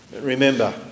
remember